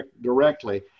directly